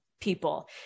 people